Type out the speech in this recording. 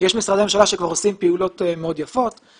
יש משרדי ממשלה שכבר עושים פעילויות מאוד יפות,